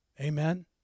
Amen